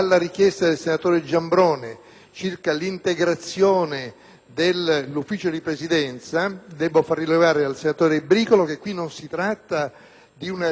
circa l'integrazione del Consiglio di Presidenza, devo far rilevare al senatore Bricolo che non si tratta di una richiesta di posti